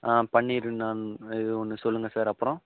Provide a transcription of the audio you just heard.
ஆ பன்னீரு நான் இது ஒன்று சொல்லுங்கள் சார் அப்புறம்